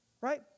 right